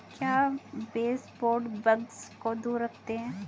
क्या baseboard bugs को दूर रखते हैं?